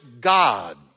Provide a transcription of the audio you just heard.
God